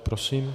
Prosím.